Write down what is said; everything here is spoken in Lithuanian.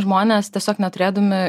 žmonės tiesiog neturėdami